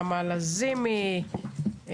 נעמה לזימי,